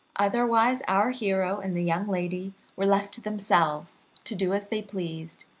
otherwise our hero and the young lady were left to themselves, to do as they pleased,